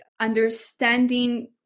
understanding